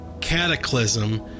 cataclysm